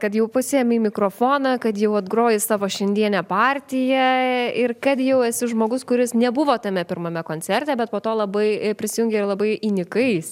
kad jau pasiėmei mikrofoną kad jau atgrojai savo šiandienę partiją ir kad jau esi žmogus kuris nebuvo tame pirmame koncerte bet po to labai prisijungei ir labai įnikai į